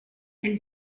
elle